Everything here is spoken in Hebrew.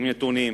עם נתונים,